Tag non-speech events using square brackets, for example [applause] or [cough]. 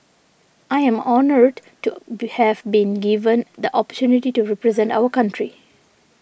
I am honoured to [noise] have been given the opportunity to represent our country